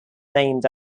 named